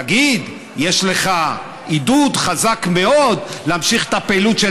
תגיד: יש לך עידוד חזק מאוד להמשיך את הפעילות של